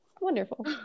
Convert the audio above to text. Wonderful